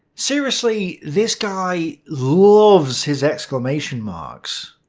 seriously, this guy loves his exclamation marks!